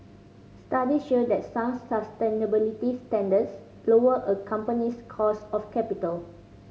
studies show that sound sustainability standards lower a company's cost of capital